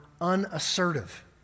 unassertive